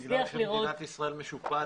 בגלל שמדינת ישראל משופעת